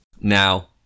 Now